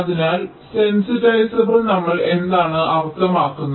അതിനാൽ സെൻസിറ്റൈസാബ്ലെ നമ്മൾ എന്താണ് അർത്ഥമാക്കുന്നത്